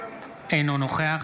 אינו נוכח